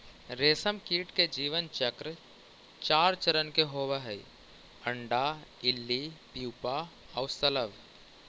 रेशमकीट के जीवन चक्र चार चरण के होवऽ हइ, अण्डा, इल्ली, प्यूपा आउ शलभ